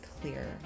clear